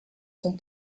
son